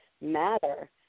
matter